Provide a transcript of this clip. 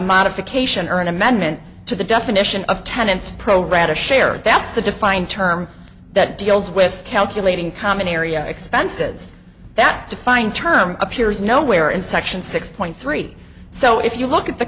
modification or an amendment to the definition of tenants pro rata share that's the defined term that deals with calculating common area expenses that defined term appears nowhere in section six point three so if you look at the